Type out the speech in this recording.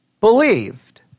believed